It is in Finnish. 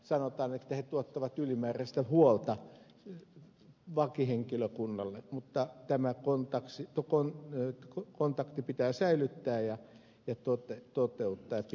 sanotaan että he tuottavat ylimääräistä huolta vakihenkilökunnalle mutta tämä kun taksit tupon jatko on kontakti pitää säilyttää ja toteuttaa ja pitää yllä